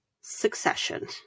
Succession